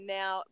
now